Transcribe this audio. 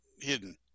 Hidden